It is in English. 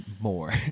more